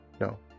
No